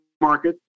market